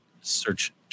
search